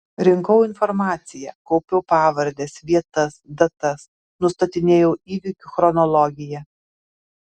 rinkau informaciją kaupiau pavardes vietas datas nustatinėjau įvykių chronologiją